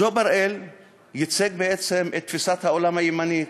ג'ו בראל ייצג בעצם את תפיסת העולם הימנית.